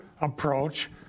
approach